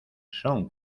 son